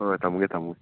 ꯍꯣꯏ ꯍꯣꯏ ꯊꯝꯂꯒꯦ ꯊꯝꯂꯒꯦ